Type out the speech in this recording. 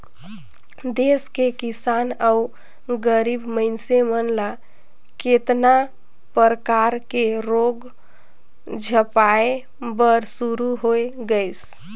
देस के किसान अउ गरीब मइनसे मन ल केतना परकर के रोग झपाए बर शुरू होय गइसे